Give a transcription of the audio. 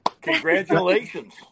congratulations